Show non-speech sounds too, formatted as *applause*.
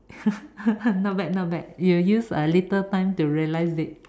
*laughs* not bad not bad you use a little time to realize it